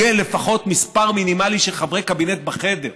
יהיה לפחות מספר מינימלי של חברי קבינט בחדר.